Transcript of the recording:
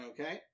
Okay